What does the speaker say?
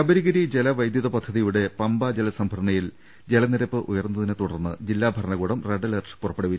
ശബരിഗിരി ജലവൈദ്യുത പദ്ധതിയുടെ പമ്പാ ജലസംഭരണിയിൽ ജലനിരപ്പ് ഉയർന്നതിനെ തുടർന്ന് ജില്ലാഭരണകൂടം റെഡ് അലർട്ട് പുറപ്പെടുവിച്ചു